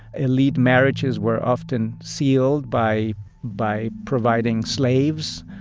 elite marriages were often sealed by by providing slaves.